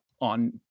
on –